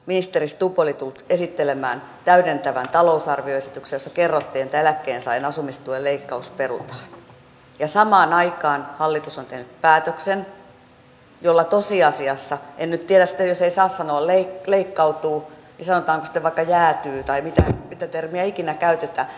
ministeri stubb oli tullut esittelemään täydentävän talousarvioesityksen jossa kerrottiin että eläkkeensaajien asumistuen leikkaus perutaan ja samaan aikaan hallitus on tehnyt päätöksen jolla tosiasiassa en nyt tiedä sitten jos ei saa sanoa leikkautuu niin sanotaanko sitten vaikka jäätyy tai mitä termiä ikinä käytetään